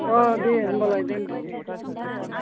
औ दे होमबालाय दोनदो दे औ दे